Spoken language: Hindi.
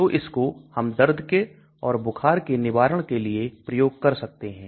तो इसको हम दर्द के और बुखार के निवारण के लिए प्रयोग कर सकते हैं